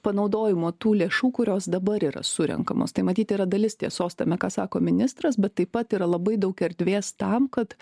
panaudojimo tų lėšų kurios dabar yra surenkamos tai matyt yra dalis tiesos tame ką sako ministras bet taip pat yra labai daug erdvės tam kad